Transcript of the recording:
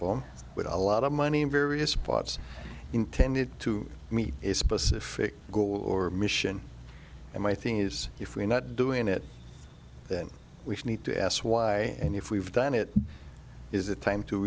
them with a lot of money in various spots intended to meet a specific goal or mission and my thing is if we're not doing it then we need to ask why and if we've done it is it time to